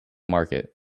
market